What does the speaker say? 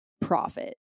profit